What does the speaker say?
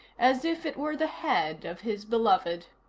as if it were the head of his beloved.